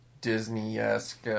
Disney-esque